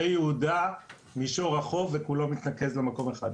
הרי יהודה, מישור החוף וכולו מתנקז למקום אחד,